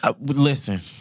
Listen